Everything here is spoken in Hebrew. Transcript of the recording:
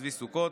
צבי סוכות,